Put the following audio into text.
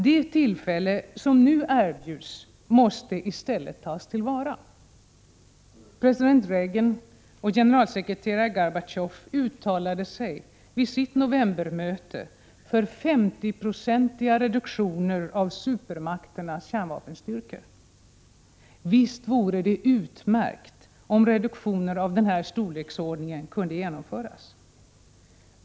Det tillfälle som nu erbjuds måste tas till vara. President Reagan och generalsekreterare Gorbatjov uttalade sig vid sitt novembermöte för 50-procentiga reduktioner av supermakternas kärnvapenstyrkor. Visst vore det utmärkt om reduktioner av denna storleksordning kunde genomföras.